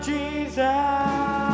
Jesus